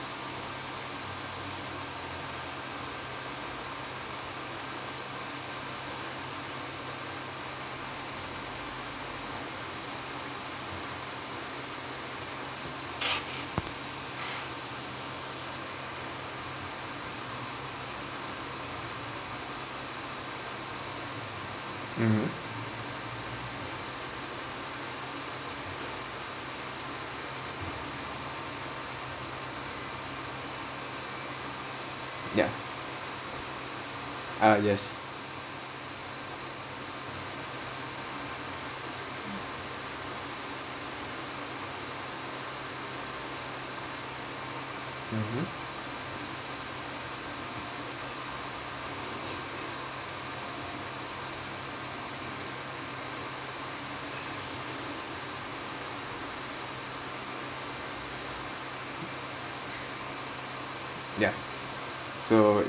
mmhmm ya ah yes mmhmm ya so